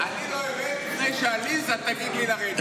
אני לא ארד לפני שעליזה תגיד לי לרדת.